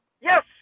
yes